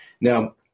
Now